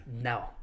no